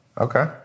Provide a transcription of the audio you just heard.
Okay